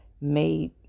made